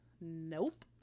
Nope